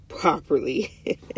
properly